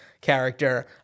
character